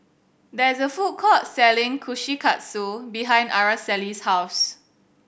there is a food court selling Kushikatsu behind Araceli's house